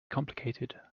complicated